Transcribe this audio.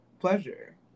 pleasure